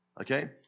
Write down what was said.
Okay